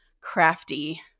crafty